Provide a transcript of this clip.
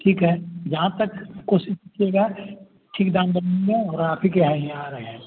ठीक है जहाँ तक कोशिश कीजिएगा ठीक दाम और आप ही के यहाँ ही आ रहे हैं